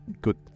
good